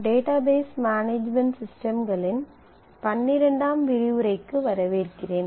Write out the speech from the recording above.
database management சிஸ்டம்களின் பன்னிரெண்டாம் விரிவுரைக்கு வரவேற்கிறேன்